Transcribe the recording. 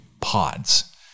pods